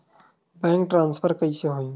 Bank transfer कइसे होही?